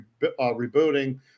rebooting